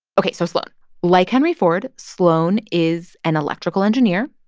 ok, so sloan like henry ford, sloan is an electrical engineer.